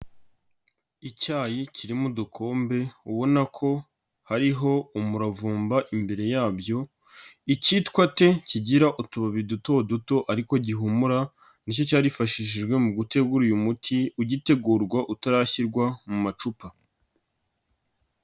Icyayi kirimo udukombe ubona ko hariho umuravumba imbere yabyo, icyitwa te kigira utubabi duto duto ariko gihumura nicyo cyarifashishijwe mu gutegura uyu muti, ugitegurwa utarashyirwa mu macupa.